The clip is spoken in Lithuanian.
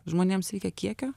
žmonėms reikia kiekio